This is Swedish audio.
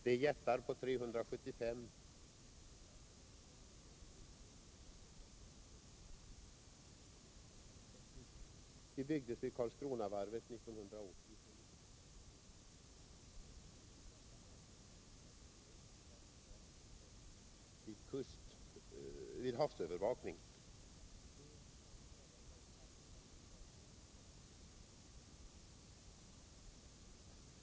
Det är jättar på 375 deplacementton, och de lär enligt uppgift ha kostat över 40 milj.kr. per styck. De byggdes vid Karlskronavarvet 1980 och 1981. Dessa fartyg har visat sig ej fylla de krav som ställs vid havsövervakning. Det kan f. n. ej fastställas när fartygen kan sättas in i fiskezonsövervakningen.